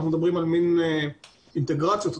אנחנו מדברים על מן אינטגרציות או